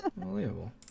Unbelievable